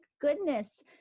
goodness